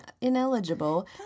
ineligible